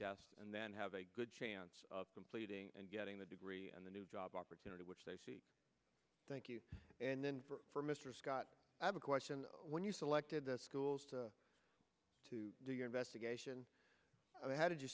test and then have a good chance of completing and getting the degree and the new job opportunity which they see thank you and then for mr scott i have a question when you selected the schools to do your investigation of how did you